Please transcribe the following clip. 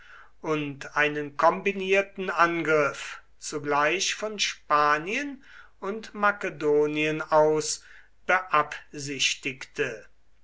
und einen kombinierten angriff zugleich von spanien und makedonien aus